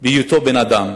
בהיותו בן-אדם,